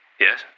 Yes